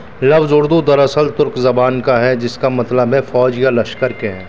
لفظ اردو دراصل ترک زبان کا ہے جس کا مطلب ہے فوج یا لشکر کے ہیں